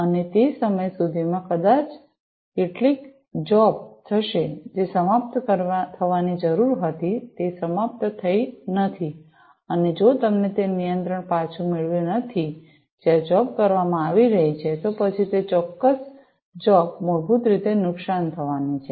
અને તે સમય સુધીમાં કદાચ કેટલીક જોબ થશે જે સમાપ્ત થવાની જરૂર હતી તે સમાપ્ત થઈ નથી અને જો તમને તે નિયંત્રણ પાછું મેળવ્યું નથી જ્યાં જોબ કરવામાં આવી રહી છે તો પછી તે ચોક્કસ જોબ મૂળભૂત રીતે નુકસાન થવાની છે